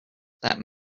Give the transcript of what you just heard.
that